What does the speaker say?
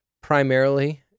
primarily